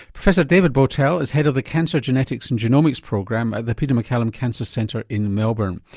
professor david bowtell is head of the cancer genetics and genomics program at the peter maccallum cancer centre in melbourne.